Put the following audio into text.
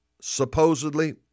supposedly